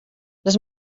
les